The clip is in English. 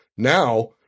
Now